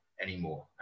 anymore